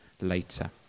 later